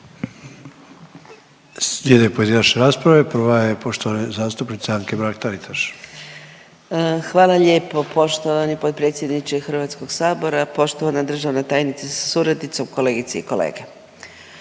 Slijede pojedinačne rasprave, prva je poštovane zastupnice Anke Mrak Taritaš. **Mrak-Taritaš, Anka (GLAS)** Hvala lijepo. Poštovani potpredsjedniče HS-a, poštovana državna tajnice sa suradnicom, kolegice i kolege.